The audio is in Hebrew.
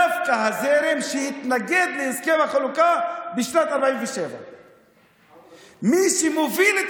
הוא דווקא הזרם שהתנגד להסכם החלוקה בשנת 1947. מי שמוביל את